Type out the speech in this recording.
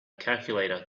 calculator